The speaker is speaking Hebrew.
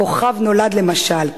"כוכב נולד" למשל.